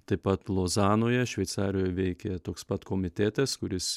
taip pat lozanoje šveicarijoj veikė toks pat komitetas kuris